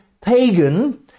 pagan